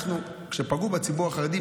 כשפגעו בציבור החרדי,